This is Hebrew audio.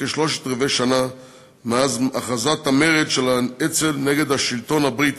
כשלושת-רבעי שנה אחרי הכרזת המרד של האצ"ל נגד השלטון הבריטי,